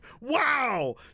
Wow